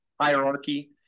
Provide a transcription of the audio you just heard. hierarchy